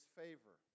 favor